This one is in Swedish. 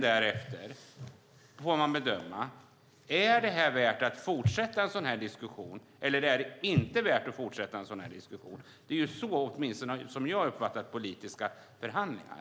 Därefter får man bedöma om det är värt att fortsätta en sådan diskussion eller inte. Så har åtminstone jag uppfattat politiska förhandlingar.